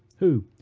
who,